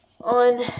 on